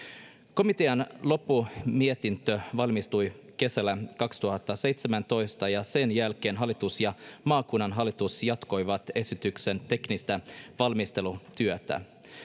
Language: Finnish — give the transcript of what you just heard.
komitean loppumietintö valmistui kesällä kaksituhattaseitsemäntoista ja sen jälkeen hallitus ja maakunnan hallitus jatkoivat esityksen teknistä valmistelutyötä